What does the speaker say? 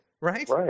right